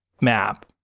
map